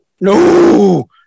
No